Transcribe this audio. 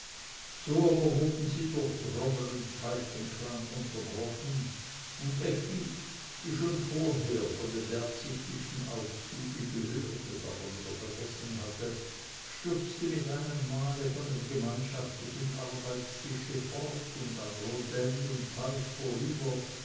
so aber wurden sie durch trommel und pfeifenklang unterbrochen und effi die schon vorher von dem beabsichtigten aufzuge gehört aber es wieder vergessen hatte stürzte mit einem male von dem gemeinschaftlichen arbeitstisch fort und an rondell und teich vorüber